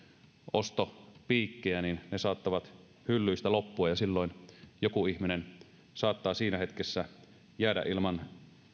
ostopiikkejä niin ne saattavat hyllyistä loppua ja silloin joku ihminen saattaa siinä hetkessä jäädä ilman